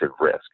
risk